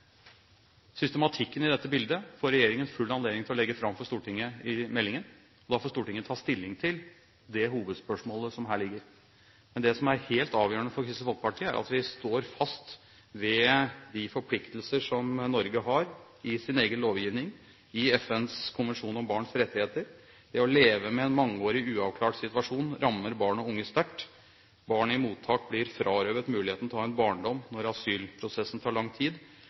Systematikken i dette bildet får regjeringen full anledning til å legge fram for Stortinget i meldingen. Da får Stortinget ta stilling til det hovedspørsmålet som her ligger. Det som er helt avgjørende for Kristelig Folkeparti, er at vi står fast ved de forpliktelser som Norge har – i sin egen lovgivning, i FNs konvensjon om barns rettigheter. Det å leve med en mangeårig, uavklart situasjon rammer barn og unge sterkt. Barn i mottak blir frarøvet muligheten til å ha en barndom når asylprosessen tar lang tid.